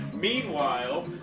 Meanwhile